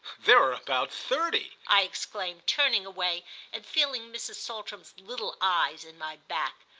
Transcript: there are about thirty! i exclaimed, turning away and feeling mrs. saltram's little eyes in my back.